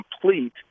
complete